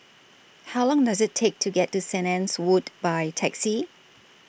How Long Does IT Take to get to Saint Anne's Wood By Taxi